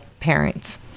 parents